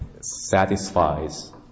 satisfies